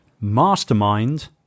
mastermind